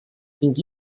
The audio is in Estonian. ning